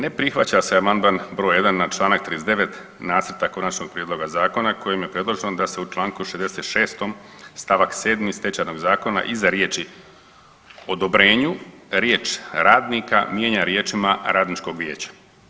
Ne prihvaća se Amandman broj 1. na Članak 39. nacrta konačnog prijedloga zakona kojim je predloženo da se u Članku 66. stavak 7. Stečajnog zakona iza riječi odobrenju riječ: „radnika“ mijenja riječima: „radničkog vijeća“